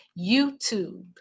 YouTube